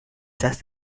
just